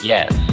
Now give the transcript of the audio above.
Yes